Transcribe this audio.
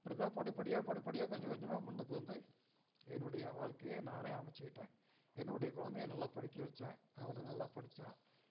அப்படித்தான் படிப்படியாக படிப்படியாக கொஞ்சம் கொஞ்சமாக முன்னுக்கு வந்து என்னுடைய வாழ்க்கையை நானே அமைச்சிக்கிட்டேன் என்னுடைய குழந்தையை நல்லா படிக்க வச்சேன் அவனும் நல்லா படித்தான்